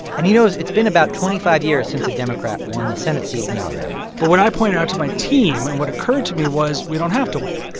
and he knows it's been about twenty five years since a democrat won the senate seat in alabama but what i point out to my team and what occurred to me was we don't have to win.